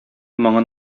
моңын